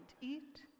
eat